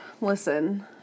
listen